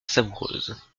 savoureuse